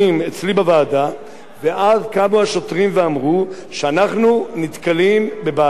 ואז קמו השוטרים ואמרו: אנחנו נתקלים בבעיה קשה מאוד,